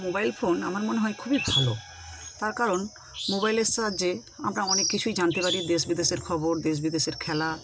mobile phone আমার মনে হয় খুবই ভালো তার কারণ মোবাইলের সাহায্যে আমরা অনেক কিছুই জানতে পারি দেশ বিদেশের খবর দেশ বিদেশের খেলা